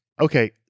okay